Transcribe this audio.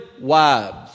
wives